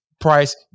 price